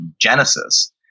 genesis